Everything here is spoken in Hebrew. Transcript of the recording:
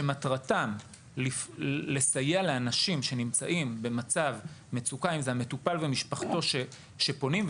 שמטרתם לסייע לאנשים שנמצאים במצב מצוקה אם זה המטופל ומשפחתו שפונים,